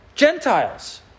Gentiles